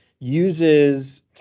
uses